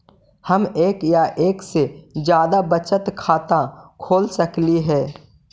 हम एक या एक से जादा बचत खाता खोल सकली हे?